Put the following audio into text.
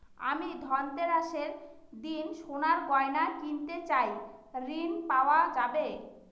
আমি ধনতেরাসের দিন সোনার গয়না কিনতে চাই ঝণ পাওয়া যাবে?